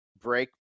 break